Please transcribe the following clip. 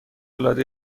العاده